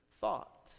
thought